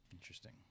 Interesting